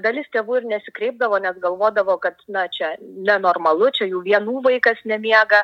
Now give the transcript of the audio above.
dalis tėvų ir nesikreipdavo nes galvodavo kad na čia nenormalu čia jų vienų vaikas nemiega